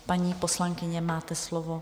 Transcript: Paní poslankyně, máte slovo.